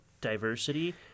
diversity